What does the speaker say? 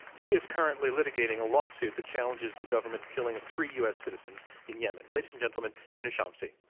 and she is currently litigating a lawsuit that challenges the government's killing of three u. s. citizens in yemen. ladies and gentlemen, hina shamsi.